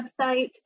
website